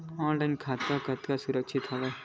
Online खाता कतका सुरक्षित हवय?